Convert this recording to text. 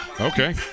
Okay